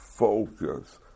Focus